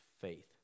faith